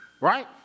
Right